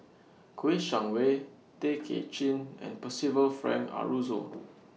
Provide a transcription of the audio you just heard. Kouo Shang Wei Tay Kay Chin and Percival Frank Aroozoo